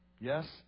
Yes